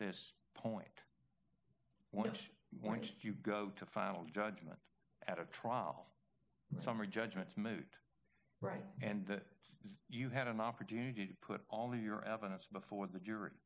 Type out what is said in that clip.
this point which once you go to final judgment at a trial summary judgment moot right and that you had an opportunity to put all of your evidence before the jury